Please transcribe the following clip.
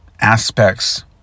aspects